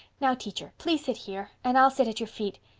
now, teacher, please sit here and i'll sit at your feet.